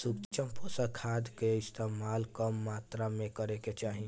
सूक्ष्म पोषक खाद कअ इस्तेमाल कम मात्रा में करे के चाही